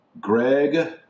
Greg